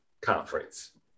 conference